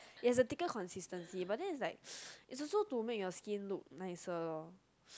it has a thicker consistency but then is like is also to make your skin to nicer lor